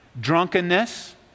Drunkenness